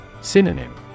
Synonym